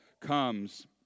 comes